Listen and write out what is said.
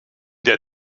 der